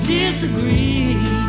disagree